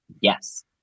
yes